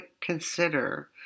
consider